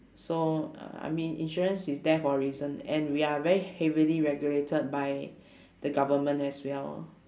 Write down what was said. so uh I mean insurance is there for a reason and we are very heavily regulated by the government as well